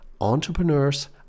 Entrepreneurs